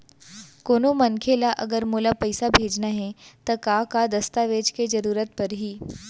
कोनो मनखे ला अगर मोला पइसा भेजना हे ता का का दस्तावेज के जरूरत परही??